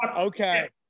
Okay